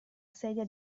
sedia